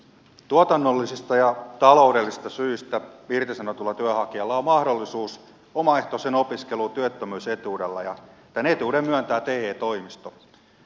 tuotannollisista ja taloudellisista syistä irtisanotulla työnhakijalla on mahdollisuus omaehtoiseen opiskeluun työttömyysetuudella ja tämän etuuden myöntää te toimisto